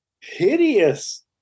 hideous